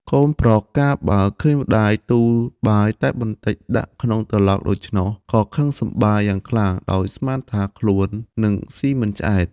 កូនប្រុសកាលបើឃើញម្ដាយទូលបាយតែបន្តិចដាក់ក្នុងត្រឡោកដូច្នោះ ក៏ខឹងសម្បារយ៉ាងខ្លាំង ដោយស្មានថាខ្លួននឹងស៊ីមិនឆ្អែត។